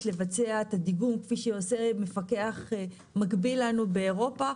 לבצע את הדיגום כפי שעושה מפקח מקביל לנו באירופה,